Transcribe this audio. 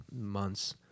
months